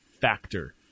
factor